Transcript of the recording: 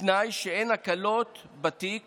בתנאי שאין הקלות בתיק